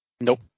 Nope